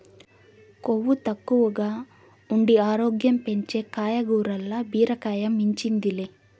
కొవ్వు తక్కువగా ఉండి ఆరోగ్యం పెంచే కాయగూరల్ల బీరకాయ మించింది లే